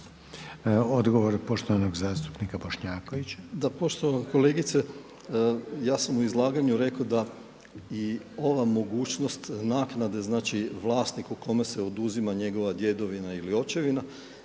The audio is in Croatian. Odgovorit će poštovani zastupnik Bošnjaković.